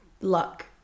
luck